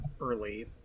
early